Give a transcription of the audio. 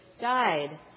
died